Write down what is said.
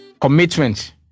Commitment